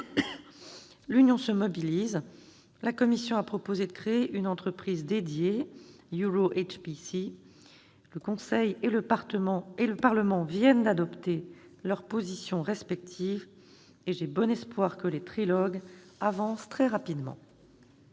L'Union se mobilise : la Commission a proposé de créer une entreprise dédiée, EuroHPC, et le Conseil et le Parlement viennent d'adopter leurs positions respectives. J'ai bon espoir que les trilogues avancent très rapidement.